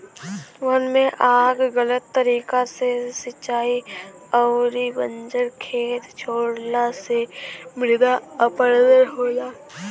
वन में आग गलत तरीका से सिंचाई अउरी बंजर खेत छोड़ला से मृदा अपरदन होला